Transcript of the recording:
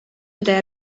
eta